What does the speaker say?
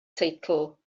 teitl